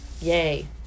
yay